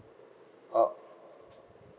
oh